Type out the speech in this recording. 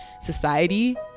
society